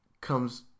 comes